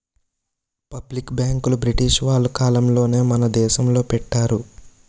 public బ్యాంకులు British వాళ్ళ కాలంలోనే మన దేశంలో పెట్టారు